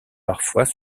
parfois